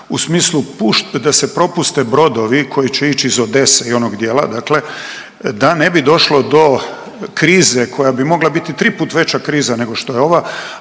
u smislu da se propuste brodovi koji će ići iz Odese i onog dijela dakle, da ne bi došlo do krize koja bi mogla biti tri puta veća kriza nego što je ova,